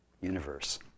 universe